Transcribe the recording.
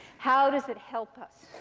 how does it help us